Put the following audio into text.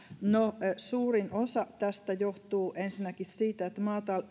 no suurin osa tästä johtuu ensinnäkin siitä että